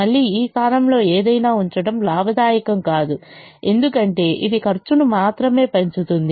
మళ్ళీ ఈ స్థానంలో ఏదైనా ఉంచడం లాభదాయకం కాదు ఎందుకంటే ఇది ఖర్చును మాత్రమే పెంచుతుంది